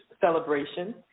celebration